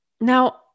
Now